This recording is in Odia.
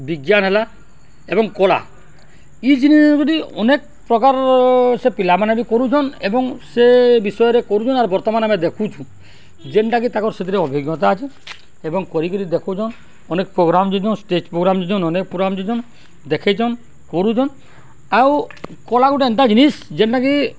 ବିଜ୍ଞାନ ହେଲା ଏବଂ କଳା ଇ ଜିନି ଯଦି ଅନେକ ପ୍ରକାର ସେ ପିଲାମାନେ ବି କରୁଛନ୍ ଏବଂ ସେ ବିଷୟରେ କରୁଛନ୍ ଆର୍ ବର୍ତ୍ତମାନ ଆମେ ଦେଖୁଛୁ ଯେନ୍ଟାକି ତାଙ୍କର ସେଥିରେ ଅଭିଜ୍ଞତା ଅଛି ଏବଂ କରିକିରି ଦେଖୁଛନ୍ ଅନେକ ପ୍ରୋଗ୍ରାମ ଯଦିଓ ଷ୍ଟେଜ ପ୍ରୋଗ୍ରାମ ଯଦିଓ ପ୍ରୋଗ୍ରାମ ଦେଖାଇଛନ୍ କରୁଛନ୍ ଆଉ କଳା ଗୋଟେ ଏନ୍ତା ଜିନିଷ୍ ଯେନ୍ଟାକି